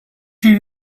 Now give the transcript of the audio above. you